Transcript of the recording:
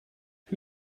who